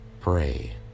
pray